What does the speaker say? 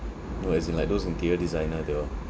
no as in like those interior designer they all